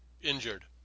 injured